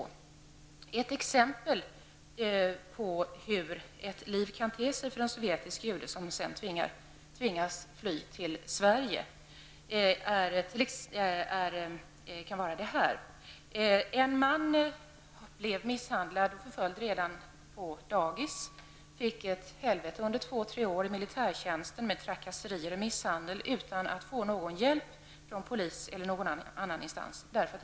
Jag skall ta ett exempel på hur livet kan te sig för en sovjetisk jude, som till slut tvingades fly till Sverige. Det gäller en man som blev misshandlad och förföljd redan när han gick på dagis, hade ett helvete under två tre år i militärtjänsten med trakasserier och misshandel utan att få någon hjälp från polis eller någon annan instans.